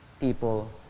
people